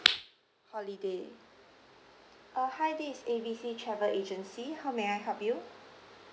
holiday orh hi this is A B C travel agency how may I help you